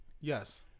Yes